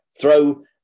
throw